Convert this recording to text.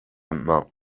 main